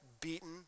beaten